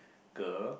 girl